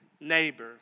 neighbor